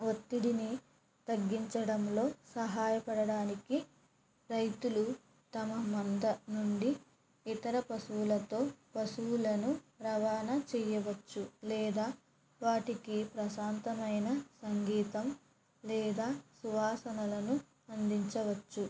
ఒత్తిడిని తగ్గించడంలో సహాయపడడానికి రైతులు తమ మంద నుండి ఇతర పశువులతో పశువులను రవాణా చేయవచ్చు లేదా వాటికి ప్రశాంతమైన సంగీతం లేదా సువాసనలను అందించవచ్చు